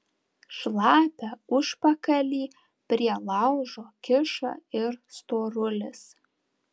šlapią užpakalį prie laužo kiša ir storulis